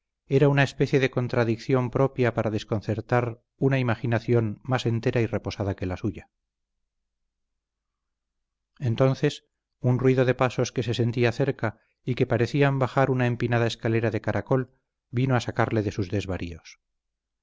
era una especie de contradicción propia para desconcertar una imaginación más entera y reposada que la suya entonces un ruido de pasos que se sentía cerca y que parecían bajar una empinada escalera de caracol vino a sacarle de sus desvaríos